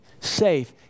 safe